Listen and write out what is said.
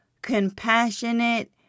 Compassionate